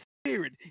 spirit